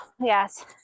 yes